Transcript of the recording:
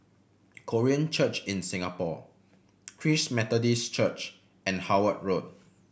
Korean Church in Singapore Christ Methodist Church and Howard Road